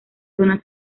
zona